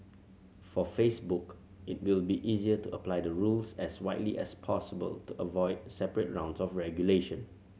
for Facebook it will be easier to apply the rules as widely as possible to avoid separate rounds of regulation